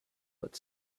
but